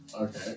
Okay